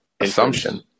assumption